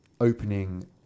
opening